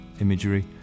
imagery